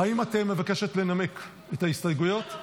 האם את מבקשת לנמק את ההסתייגויות?